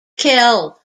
kill